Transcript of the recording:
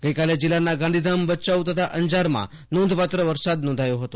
ગઈકાલે જીલ્લાના ગાંધીધામભચાઉ તથા અંજારમાં નોંધપાત્ર વરસાદ નોંધાયો હતો